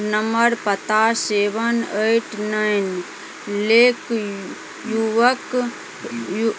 number पता seven eight nine लेक युवक यू